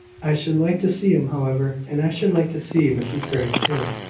i should like to see him, however. and i should like to see mrs grey too.